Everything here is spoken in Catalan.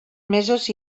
mesos